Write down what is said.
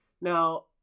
now